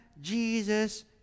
Jesus